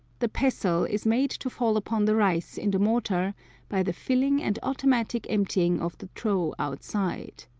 the pestle is made to fall upon the rice in the mortar by the filling and automatic emptying of the trough outside.